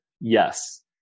Yes